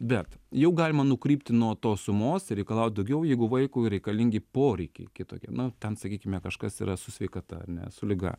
bet jau galima nukrypti nuo tos sumos reikalauti daugiau jeigu vaikui reikalingi poreikiai kitokie na ten sakykime kažkas yra su sveikata ar ne su liga